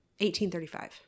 1835